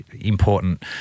important